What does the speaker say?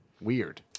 Weird